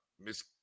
Miss